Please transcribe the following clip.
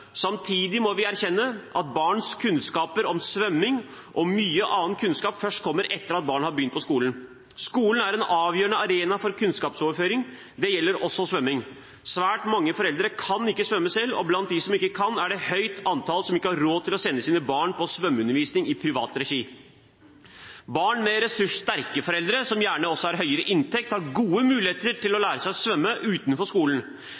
Samtidig må vi erkjenne at barns kunnskaper om svømming og mye annen kunnskap først kommer etter at barna har begynt på skolen. Skolen er en avgjørende arena for kunnskapsoverføring. Det gjelder også svømming. Svært mange foreldre kan ikke svømme selv, og blant dem som ikke kan, er det et stort antall som ikke har råd til å sende sine barn på svømmeundervisning i privat regi. Barn med ressurssterke foreldre som gjerne også har høyere inntekt, har gode muligheter til å lære seg å svømme utenfor skolen.